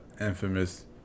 infamous